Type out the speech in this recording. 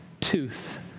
tooth